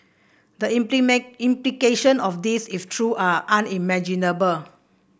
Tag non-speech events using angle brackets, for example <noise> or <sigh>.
the <unintelligible> implication of this if true are unimaginable